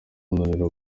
munaniro